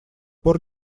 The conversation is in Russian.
пор